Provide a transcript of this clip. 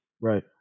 Right